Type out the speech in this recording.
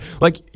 Like-